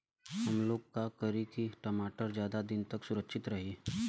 हमलोग का करी की टमाटर ज्यादा दिन तक सुरक्षित रही?